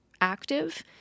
active